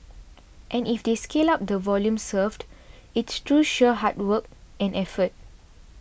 and if they scale up the volume served it's through sheer hard work and effort